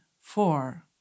four